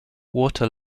water